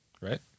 right